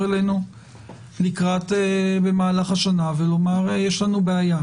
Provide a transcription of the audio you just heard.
אלינו במהלך השנה ולומר: יש לנו בעיה.